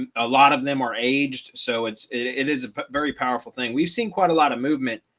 and a lot of them are aged. so it's it is a very powerful thing. we've seen quite a lot of movement,